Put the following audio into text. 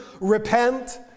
repent